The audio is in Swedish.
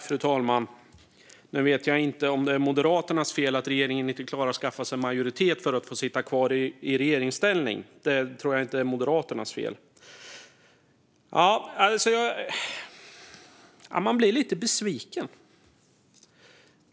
Fru talman! Nu tror jag inte att det är Moderaternas fel att Socialdemokraterna inte klarade av att skaffa sig en majoritet för att få sitta kvar i regeringsställning. Jag blir lite besviken.